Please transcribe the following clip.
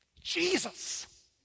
Jesus